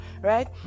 right